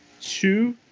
Two